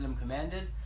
commanded